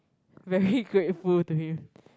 very grateful to him